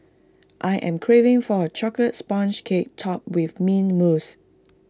I am craving for A Chocolate Sponge Cake Topped with Mint Mousse